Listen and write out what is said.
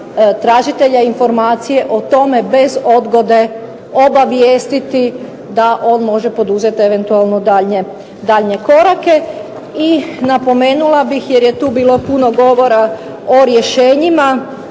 tražitelja informacije o tome bez odgode obavijestiti da on može poduzeti eventualno daljnje korake. I napomenula bih, jer je tu bilo puno govora o rješenjima,